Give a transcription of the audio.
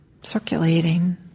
circulating